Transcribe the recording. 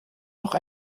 noch